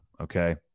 Okay